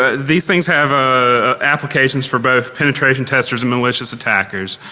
ah these things have ah applications for both penetration testers and malicious attackers.